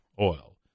oil